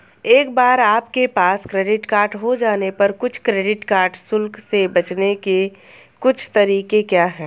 एक बार आपके पास क्रेडिट कार्ड हो जाने पर कुछ क्रेडिट कार्ड शुल्क से बचने के कुछ तरीके क्या हैं?